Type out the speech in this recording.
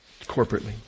Corporately